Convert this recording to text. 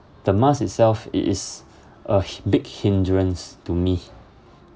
the mask itself it is a hi~ big hindrance to me